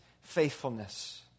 faithfulness